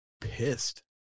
pissed